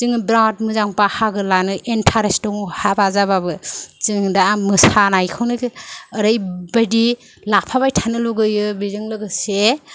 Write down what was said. जोङो बिरात मोजां बाहागो लानो इन्टारेस्ट दं हाबा जाबाबो जों दा मोसानाय खौनो ओरैबादि लाफाबाय थानो लुबैयो बिजों लोगोसे